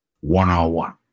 one-on-one